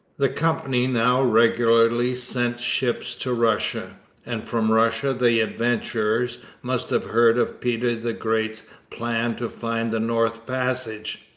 the company now regularly sent ships to russia and from russia the adventurers must have heard of peter the great's plan to find the north passage.